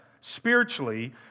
spiritually